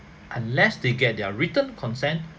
unless they get their written consent